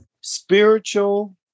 spiritual